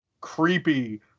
creepy